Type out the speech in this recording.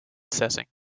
setting